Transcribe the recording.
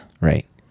Right